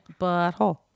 Butthole